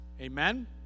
Amen